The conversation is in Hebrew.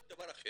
כל דבר אחר.